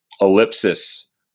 ellipsis